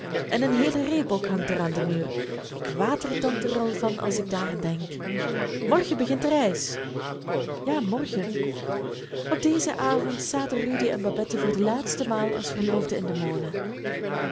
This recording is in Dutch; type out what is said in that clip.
en een heele reebok hangt er aan den muur ik watertand er al van als ik daaraan denk morgen begint de reis ja morgen op dezen avond zaten rudy en babette voor de laatste maal als verloofden in den molen